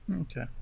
Okay